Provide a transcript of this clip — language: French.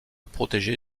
protégé